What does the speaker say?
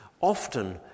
often